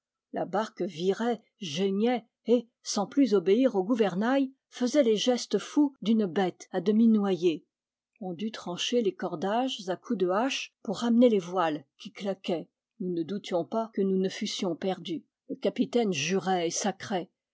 la barque virait geignait et sans plus obéir au gouvernail faisait les gestes fous d'une bête à demi noyée on dut trancher les cordages à coups de hache pour amener les voiles qui claquaient nous ne doutions pas que nous ne fussions perdus le capitaine jurait